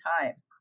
time